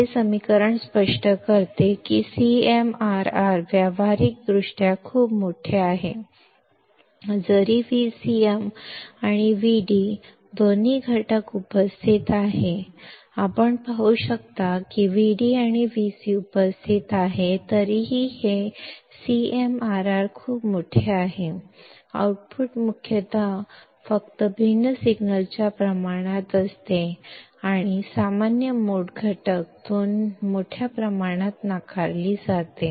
हे समीकरण स्पष्ट करते की CMRR व्यावहारिकदृष्ट्या खूप मोठे आहे जरी Vc आणि Vd दोन्ही घटक उपस्थित आहेत आपण पाहू शकता की Vd आणि Vc उपस्थित आहेत तरीही हे CMRR खूप मोठे आहे आउटपुट मुख्यतः फक्त भिन्न सिग्नलच्या प्रमाणात असते आणि सामान्य मोड घटक मोठ्या प्रमाणात नाकारला जातो